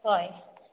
हय